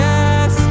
Yes